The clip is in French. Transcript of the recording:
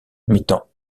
mettant